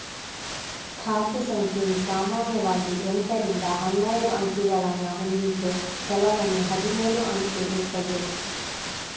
ಖಾತೆ ಸಂಖ್ಯೆಯು ಸಾಮಾನ್ಯವಾಗಿ ಎಂಟರಿಂದ ಹನ್ನೆರಡು ಅಂಕಿಗಳನ್ನ ಹೊಂದಿದ್ದು ಕೆಲವೊಮ್ಮೆ ಹದಿನೇಳು ಅಂಕೆ ಇರ್ತದೆ